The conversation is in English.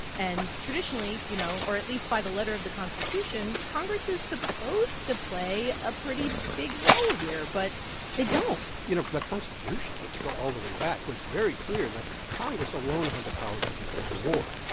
and traditionally, you know, or at least by the letter of the constitution, congress is supposed to play a pretty big role here. but they don't you know, the constitution lets go all the way back was very clear that congress alone had the power to declare war.